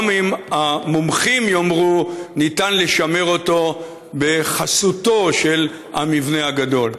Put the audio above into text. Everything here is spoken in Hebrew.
גם אם המומחים יאמרו שניתן לשמר אותו בחסותו של המבנה הגדול.